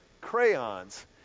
crayons